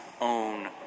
own